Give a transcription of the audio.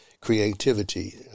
creativity